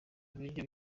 ibiryo